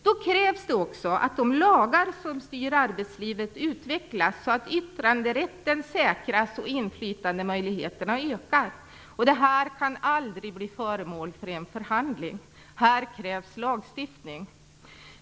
Då krävs det också att de lagar som styr arbetslivet utvecklas, så att yttranderätten säkras och inflytandemöjligheterna ökar, och det kan aldrig bli föremål för förhandling - här krävs lagstiftning.